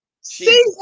see